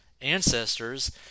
ancestors